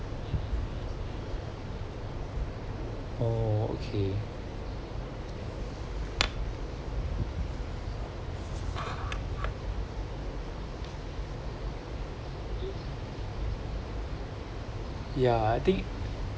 oh okay ya I think